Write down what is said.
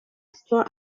store